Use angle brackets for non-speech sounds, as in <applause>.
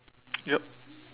<noise> yup